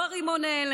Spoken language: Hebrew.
לא רימוני הלם,